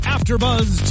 Afterbuzz